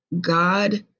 God